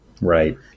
Right